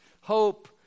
hope